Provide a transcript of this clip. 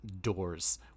doors